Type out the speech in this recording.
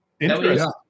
interesting